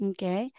Okay